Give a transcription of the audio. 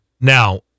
Now